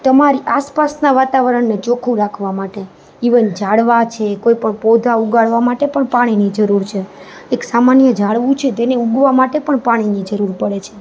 તમારી આસપાસના વાતાવરણને ચોખ્ખું રાખવા માટે ઈવન ઝાડવા છે કોઈ પણ પૌધા ઉગાડવા માટે પણ પાણીની જરૂર છે એક સામાન્ય ઝાડવું છે તેને ઊગવા માટે પણ પાણીની જરૂર પડે છે